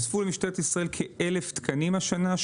נוספו למשטרת ישראל כ-1,000 תקנים השנה,